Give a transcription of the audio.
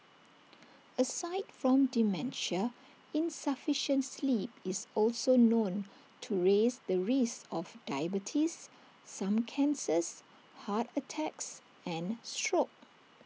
aside from dementia insufficient sleep is also known to raise the risk of diabetes some cancers heart attacks and stroke